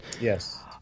yes